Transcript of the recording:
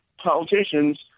politicians